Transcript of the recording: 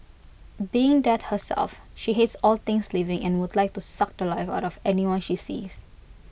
being death herself she hates all things living and would like to suck The Life out of anyone she sees